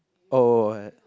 oh oh